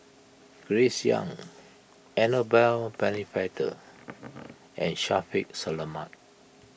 Grace Young Annabel Pennefather and Shaffiq Selamat